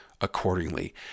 accordingly